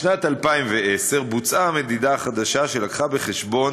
בשנת 2010 נערכה המדידה החדשה, שלקחה בחשבון